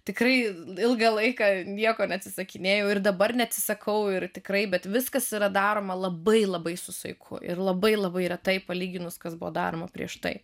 tikrai ilgą laiką nieko neatsisakinėjau ir dabar neatsisakau ir tikrai bet viskas yra daroma labai labai su saiku ir labai labai retai palyginus kas buvo daroma prieš tai